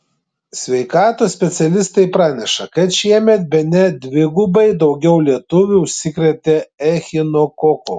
sveikatos specialistai praneša kad šiemet bene dvigubai daugiau lietuvių užsikrėtė echinokoku